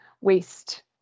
waste